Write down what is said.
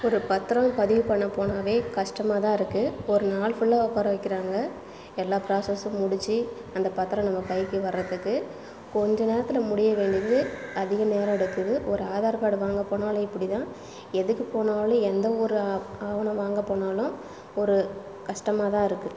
ஒரு பத்திரம் பதிவு பண்ணப் போனாவே கஷ்டமாகதான் இருக்குது ஒரு நாள் ஃபுல்லாக உட்கார வைக்கிறாங்க எல்லா ப்ராசஸும் முடித்து அந்தப் பத்திரம் நம்ம கைக்கு வர்றதுக்கு கொஞ்ச நேரத்தில் முடிய வேண்டியது அதிக நேரம் எடுக்குது ஒரு ஆதார் கார்டு வாங்கப் போனாலே இப்படிதான் எதுக்குப் போனாலும் எந்தவொரு ஆ ஆவணம் வாங்கப் போனாலும் ஒரு கஷ்டமாதான் இருக்குது